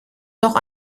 noch